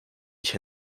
się